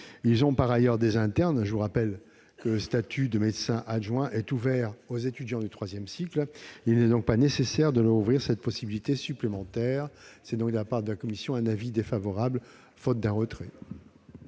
Ils ont par ailleurs des internes. Je vous rappelle que le statut de médecin adjoint est ouvert aux étudiants en troisième cycle. Il n'est donc pas nécessaire de leur offrir cette possibilité supplémentaire. La commission demande donc le retrait